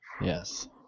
Yes